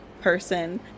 person